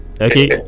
Okay